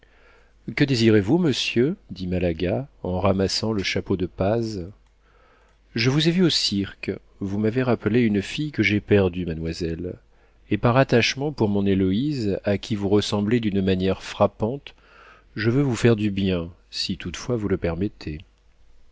que désirez-vous monsieur dit malaga en ramassant le chapeau de paz je vous ai vue au cirque vous m'avez rappelé une fille que j'ai perdue mademoiselle et par attachement pour mon héloïse à qui vous ressemblez d'une manière frappante je veux vous faire du bien si toutefois vous le permettez